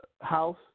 house